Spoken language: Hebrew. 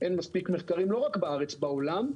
אין מספיק מחקרים לא רק בארץ, בעולם.